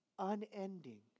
Unending